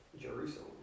Jerusalem